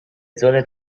zone